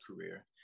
career